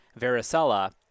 varicella